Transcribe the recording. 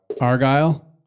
Argyle